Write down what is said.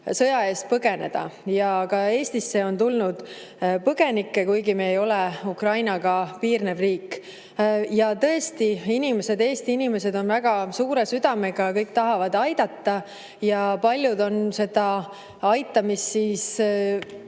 sõja eest põgeneda ja ka Eestisse on tulnud põgenikke, kuigi me ei ole Ukrainaga piirnev riik. Ja tõesti, inimesed, Eesti inimesed on väga suure südamega, kõik tahavad aidata ja paljud on seda aitamist